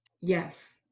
yes